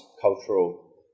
cultural